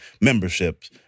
memberships